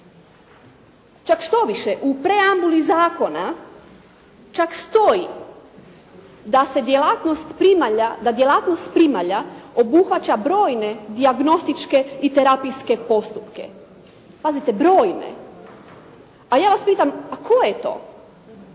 Čak štoviše, u preambuli zakona čak stoji da djelatnost primalja obuhvaća brojne dijagnostičke i terapijske postupke. Pazite brojne, a ja vas pitam a koje to.